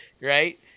right